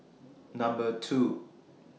Number two